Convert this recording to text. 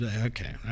Okay